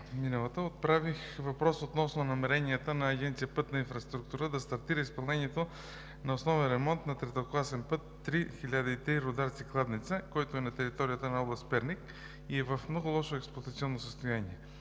г. зададох въпрос относно намеренията на Агенция „Пътна инфраструктура“ да стартира изпълнението на основен ремонт на третокласен път III-1003 Рударци – Кладница, който е на територията на област Перник и е в много лошо експлоатационно състояние.